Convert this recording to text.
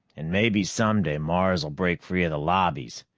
and maybe some day mars will break free of the lobbies.